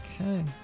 Okay